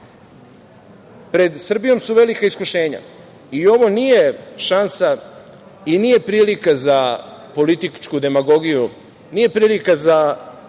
nas. Pred Srbijom su velika iskušenja i ovo nije šansa i nije prilika za političku demagogiju, nije prilika za